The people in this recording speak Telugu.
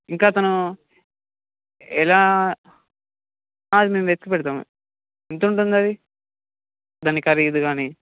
ఇంకా తను ఎలా ఆ అది మేం వెతికి పెడతాం ఎంతుంటుందది దాని ఖరీదు గానీ